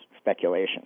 speculation